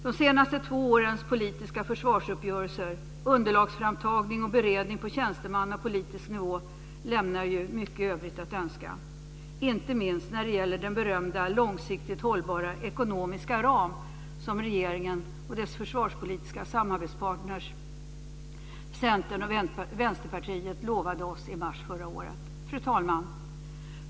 De senaste två årens politiska försvarsuppgörelser, underlagsframtagning och beredning på tjänstemannanivå och politisk nivå lämnar mycket övrigt att önska, inte minst när det gäller den berömda långsiktigt hållbara ekonomiska ram som regeringen och dess försvarspolitiska samarbetspartner Centern och Vänsterpartiet lovade oss i mars förra året. Fru talman!